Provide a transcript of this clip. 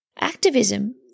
Activism